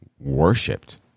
worshipped